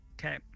Okay